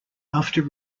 after